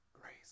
grace